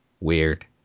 weird